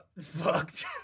fucked